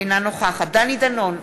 אינה נוכחת דני דנון,